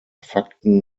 fakten